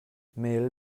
mel